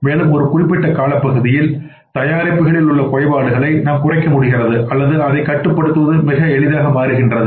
மேலும் ஒரு குறிப்பிட்ட காலப்பகுதியில் தயாரிப்புகளில் உள்ள குறைபாடுகளை நாம் குறைக்க முடிகிறது அல்லது அதைக் கட்டுப்படுத்தவது எளிதாக மாறுகின்றது